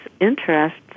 interests